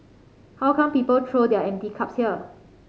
how come people throw their empty cups here